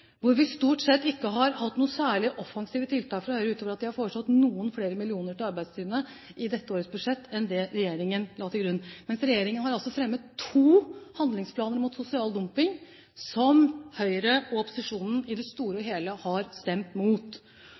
Vi har stort sett ikke hatt noen særlig offensive tiltak fra Høyre, utover det at de har foreslått noen flere millioner til Arbeidstilsynet i dette årets budsjett enn det regjeringen la til grunn. Regjeringen har altså lagt fram to handlingsplaner mot sosial dumping, som Høyre og opposisjonen for øvrig i det store og hele har stemt